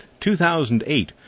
2008